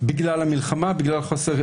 בגלל המלחמה,